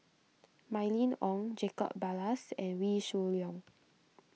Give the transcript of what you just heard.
Mylene Ong Jacob Ballas and Wee Shoo Leong